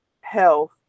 health